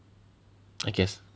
I guess